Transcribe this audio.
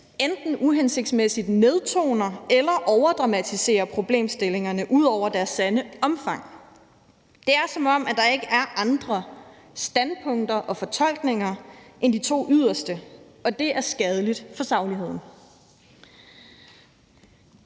enten uhensigtsmæssigt nedtoner eller overdramatiserer problemstillingerne ud over deres sande omfang. Det er, som om der ikke er andre standpunkter og fortolkninger end de to yderste, og det er skadeligt for sagligheden.